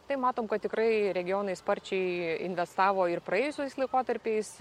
tai matom kad tikrai regionai sparčiai investavo ir praėjusiais laikotarpiais